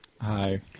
Hi